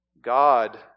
God